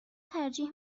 ترجیح